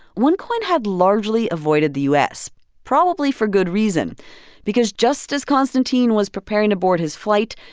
onecoin had largely avoided the u s, probably for good reason because just as konstantin was preparing to board his flight,